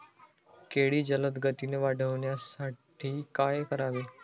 केळी जलदगतीने वाढण्यासाठी काय करावे?